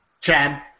Chad